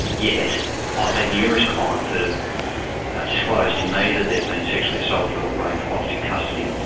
yet i've had numerous clients that have disclosed to me that they've been sexually assaulted or raped while in custody,